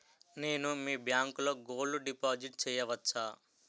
నేను మీ బ్యాంకులో గోల్డ్ డిపాజిట్ చేయవచ్చా?